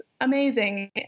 amazing